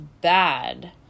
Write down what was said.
bad